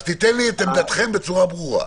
תיתן לי את עמדתכם בצורה ברורה.